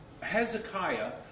Hezekiah